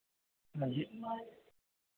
हाँ जी